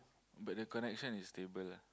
but the connection is stable lah